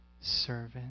servant